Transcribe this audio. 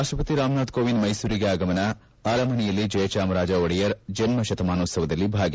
ರಾಷ್ಟಪತಿ ರಾಮನಾಥ್ ಕೋವಿಂದ್ ಮೈಸೂರಿಗೆ ಆಗಮನ ಅರಮನೆಯಲ್ಲಿ ಜಯಚಾಮರಾಜ ಒಡೆಯರ್ ಜನ್ಮ ಶತಮಾನೋತ್ಸವದಲ್ಲಿ ಭಾಗಿ